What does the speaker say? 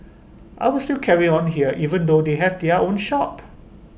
I would still carry on here even though they have their own shop